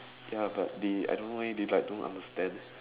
ya but they I don't know leh they like don't understand